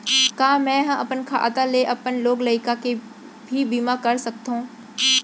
का मैं ह अपन खाता ले अपन लोग लइका के भी बीमा कर सकत हो